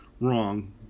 wrong